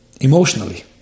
emotionally